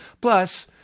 Plus